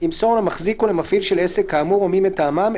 ימסור למחזיק או למפעיל של עסק כאמור או מי מטעמם,